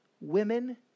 women